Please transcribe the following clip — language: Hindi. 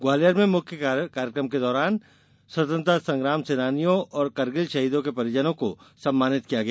ग्वालियर में मुख्य कार्यक्रम के दौरान स्वतंत्रता संग्राम सेनानियों और कारगिल शहीदों के परिजनों को सम्मानित किया गया